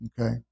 Okay